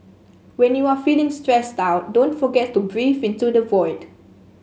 when you are feeling stressed out don't forget to breathe into the void